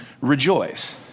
Rejoice